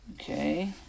okay